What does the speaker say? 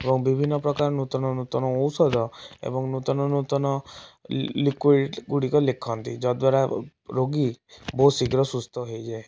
ଏବଂ ବିଭିନ୍ନ ପ୍ରକାର ନୂତନ ନୂତନ ଔଷଧ ଏବଂ ନୂତନ ନୂତନ ଲିକୁଇଡ଼ ଗୁଡ଼ିକ ଲେଖନ୍ତି ଯଦ୍ୱାରା ରୋଗୀ ବହୁତ ଶୀଘ୍ର ସୁସ୍ଥ ହୋଇଯାଏ